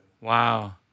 Wow